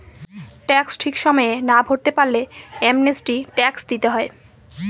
tax ঠিক সময়ে না ভরতে পারলে অ্যামনেস্টি ট্যাক্স দিতে হয়